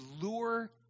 lure